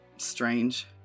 strange